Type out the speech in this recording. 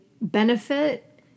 benefit